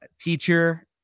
teacher